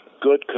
good